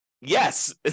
yes